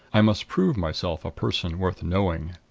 i must prove myself a person worth knowing.